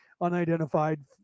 unidentified